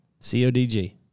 Codg